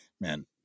man